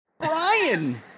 Brian